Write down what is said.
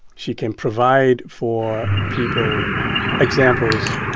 she can provide for people examples.